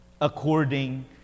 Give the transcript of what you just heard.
according